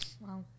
Wow